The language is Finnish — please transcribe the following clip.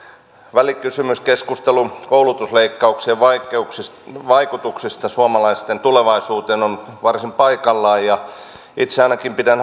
välikysymyskeskustelu koulutusleikkauksien vaikutuksista suomalaisten tulevaisuuteen on varsin paikallaan itse ainakin pidän